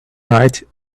night